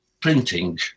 printing